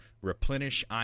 Replenish